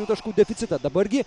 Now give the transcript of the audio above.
taškų deficitą dabar gi